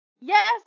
Yes